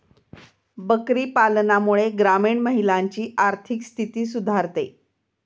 बकरी पालनामुळे ग्रामीण महिलांची आर्थिक स्थिती सुधारते